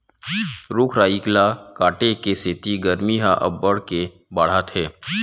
रूख राई ल काटे के सेती गरमी ह अब्बड़ के बाड़हत हे